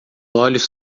olhos